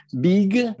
big